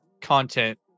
content